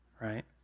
right